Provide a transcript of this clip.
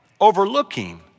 overlooking